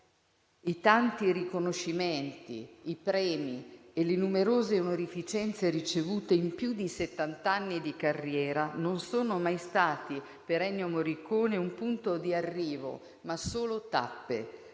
i tanti riconoscimenti, i premi e le numerose onorificenze ricevute in più di settant'anni di carriera non sono mai stati per Ennio Morricone un punto di arrivo, ma solo tappe,